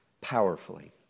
powerfully